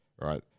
Right